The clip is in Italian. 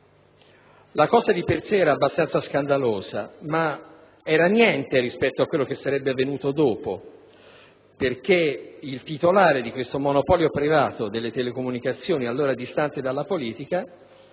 era di per sé abbastanza scandalosa, ma era niente rispetto a quello che sarebbe avvenuto dopo, perché il titolare di questo monopolio privato delle telecomunicazioni, allora distante dalla politica,